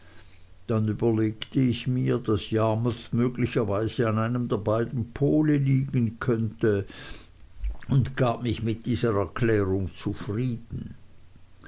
dann überlegte ich mir daß yarmouth möglicherweise an einem der beiden pole liegen könnte und gab mich mit dieser erklärung zufrieden